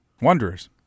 Wanderers